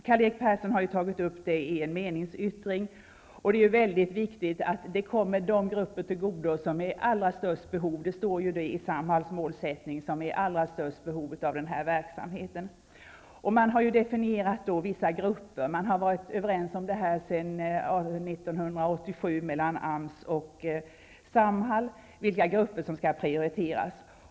Karl-Erik Persson har tagit upp det i en meningsyttring. Det är mycket viktigt att verksamheten kommer de grupper till godo som är i allra störst behov av den, som det står i Samhalls målsättning. Vissa grupper har definierats, och AMS och Samhall har sedan 1987 varit överens om vilka grupper som skall prioriteras.